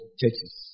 churches